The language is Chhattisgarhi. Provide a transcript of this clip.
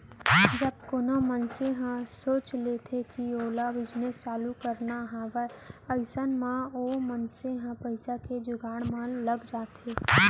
जब कोनो मनसे ह सोच लेथे कि ओला बिजनेस चालू करना हावय अइसन म ओ मनसे ह पइसा के जुगाड़ म लग जाथे